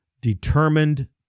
determined